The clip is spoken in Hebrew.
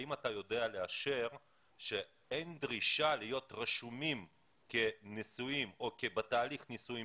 האם אתה יודע לאשר שאין דרישה להיות רשומים כנשואים או בתהליך נישואים